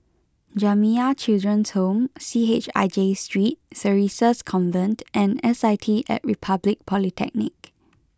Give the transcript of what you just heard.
Jamiyah Children's Home C H I J Steet Theresa's Convent and S I T at Republic Polytechnic